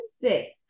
six